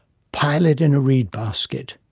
pile it in a reed basket,